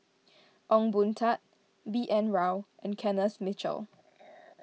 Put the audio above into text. Ong Boon Tat B N Rao and Kenneth Mitchell